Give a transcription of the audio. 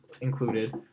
included